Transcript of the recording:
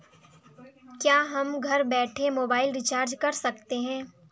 क्या हम घर बैठे मोबाइल रिचार्ज कर सकते हैं?